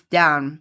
down